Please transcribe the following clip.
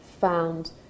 found